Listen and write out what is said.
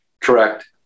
Correct